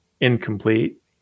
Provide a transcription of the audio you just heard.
incomplete